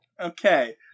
Okay